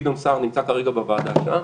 גדעון סער נמצא כרגע בוועדה שם,